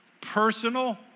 personal